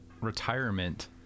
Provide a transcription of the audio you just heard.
retirement